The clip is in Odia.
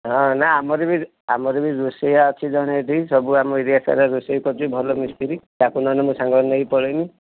ହଁ ନା ଆମର ବି ଆମର ବି ରୋଷେୟା ଅଛି ଜଣେ ଏଇଠି ସବୁ ଆମ ଏରିଆ ସାରା ରୋଷେଇ କରୁଛି ଭଲ ମିସ୍ତ୍ରୀ ତା'କୁ ନହେଲେ ମୁଁ ସାଙ୍ଗରେ ନେଇକି ପଳାଇବି